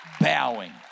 bowing